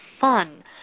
fun